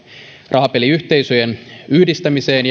rahapeliyhteisöjen yhdistämiseen